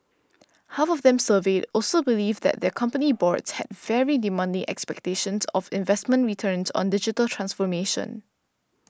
half of them surveyed also believed that their company boards had very demanding expectations of investment returns on digital transformation